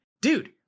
dude